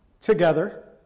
together